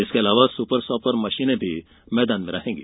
इसके अलावा super sopper मशीने भी मैदान में रहेंगी